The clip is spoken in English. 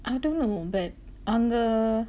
I don't know but அங்க:anga